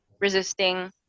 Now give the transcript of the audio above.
resisting